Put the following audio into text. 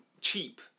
cheap